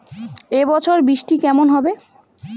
এবছর বৃষ্টি কেমন হবে?